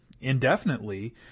indefinitely